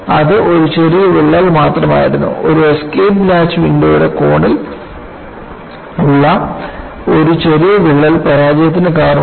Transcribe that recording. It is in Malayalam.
അത് ഒരു ചെറിയ വിള്ളൽ മാത്രമായിരുന്നു ഒരു എസ്കേപ്പ് ലാച്ച് വിൻഡോയുടെ കോണിലുള്ള ഒരു ചെറിയ വിള്ളൽ പരാജയത്തിന് കാരണമായി